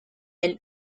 and